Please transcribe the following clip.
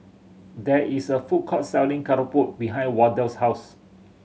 there is a food court selling keropok behind Wardell's house